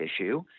issue